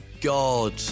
god